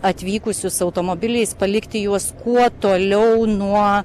atvykusius automobiliais palikti juos kuo toliau nuo